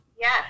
yes